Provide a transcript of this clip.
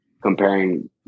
comparing